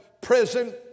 prison